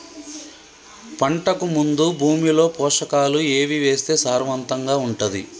పంటకు ముందు భూమిలో పోషకాలు ఏవి వేస్తే సారవంతంగా ఉంటది?